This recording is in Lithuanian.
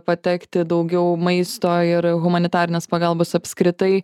patekti daugiau maisto ir humanitarinės pagalbos apskritai